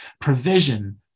Provision